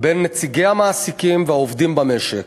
בין נציגי המעסיקים והעובדים במשק,